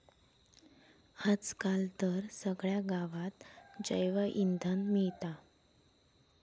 आज काल तर सगळ्या गावात जैवइंधन मिळता